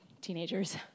teenagers